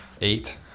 Eight